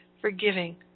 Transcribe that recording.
forgiving